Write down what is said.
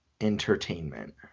entertainment